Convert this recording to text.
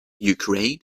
ukraine